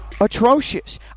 atrocious